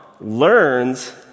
learns